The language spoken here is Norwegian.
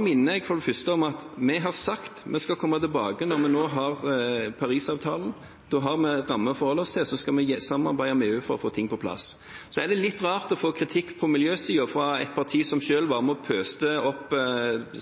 minner jeg for det første om at vi har sagt at vi skal komme tilbake når vi nå har Paris-avtalen. Da har vi en ramme å forholde oss til, og så skal vi samarbeide med EU for å få ting på plass. Så er det litt rart å få kritikk på miljøsiden fra et parti som selv var med og «pøste opp»